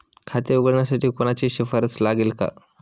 खाते उघडण्यासाठी कोणाची शिफारस लागेल का?